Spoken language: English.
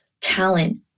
talent